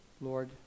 Lord